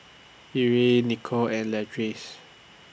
Erie Nicole and Leatrice